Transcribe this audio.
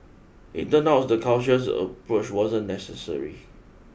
it turns out the cautious approach wasn't necessary